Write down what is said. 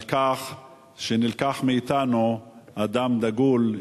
על כך שנלקח מאתנו אדם דגול.